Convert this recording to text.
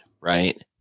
right